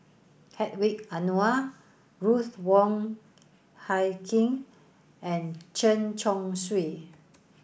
Hedwig Anuar Ruth Wong Hie King and Chen Chong Swee